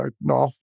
no